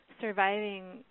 surviving